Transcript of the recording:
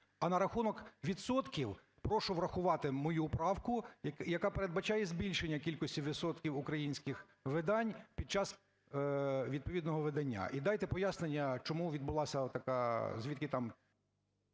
А на рахунок відсотків, прошу врахувати мою правку, яка передбачає збільшення кількості відсотків українських видань під час відповідного видання. І дайте пояснення, чому відбулася така, звідки там…